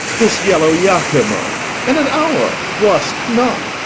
this yellow iachimo in an hour was't not?